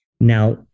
Now